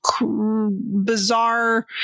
bizarre